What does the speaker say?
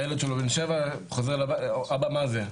הילד בן ה-7 שואל אותו: אבא, מה זה?